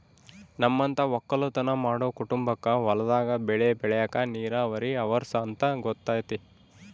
ನಮ್ಮಂತ ವಕ್ಕಲುತನ ಮಾಡೊ ಕುಟುಂಬಕ್ಕ ಹೊಲದಾಗ ಬೆಳೆ ಬೆಳೆಕ ನೀರಾವರಿ ಅವರ್ಸ ಅಂತ ಗೊತತೆ